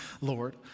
Lord